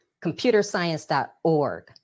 computerscience.org